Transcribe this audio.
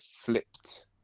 flipped